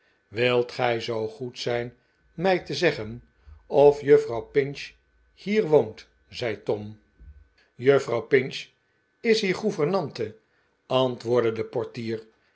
wilt gij zoo goed zijn mij te zeggen of juffrouw pinch hier woont zei tom juffrouw pinch is hier gouvernante antwoordde de portier